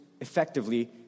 effectively